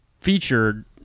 featured